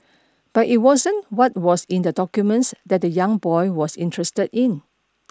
but it wasn't what was in the documents that the young boy was interested in